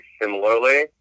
similarly